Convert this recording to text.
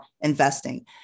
investing